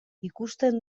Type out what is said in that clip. ikusten